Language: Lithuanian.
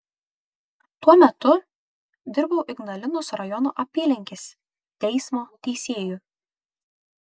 tuo metu dirbau ignalinos rajono apylinkės teismo teisėju